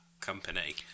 company